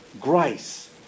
grace